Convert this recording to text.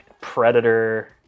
Predator